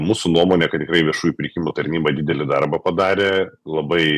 mūsų nuomone kad tikrai viešųjų pirkimų tarnyba didelį darbą padarė labai